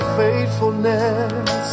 faithfulness